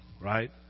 right